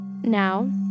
Now